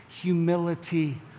humility